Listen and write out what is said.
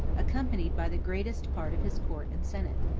accompanied by the greatest part of his court and senate.